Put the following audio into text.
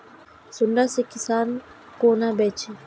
सुंडा से किसान कोना बचे?